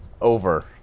over